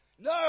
No